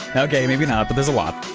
okay, maybe not, but there's a lot.